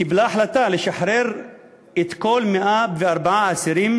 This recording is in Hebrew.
היא קיבלה החלטה לשחרר את כל 104 האסירים